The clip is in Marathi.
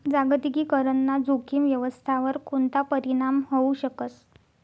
जागतिकीकरण ना जोखीम व्यवस्थावर कोणता परीणाम व्हवू शकस